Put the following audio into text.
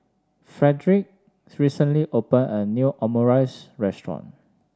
Frederick recently opened a new Omurice restaurant